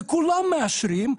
לכולם מאשרים.